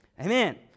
Amen